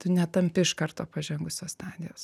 tu netampi iš karto pažengusios stadijos